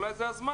אולי זה הזמן,